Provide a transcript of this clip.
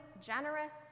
generous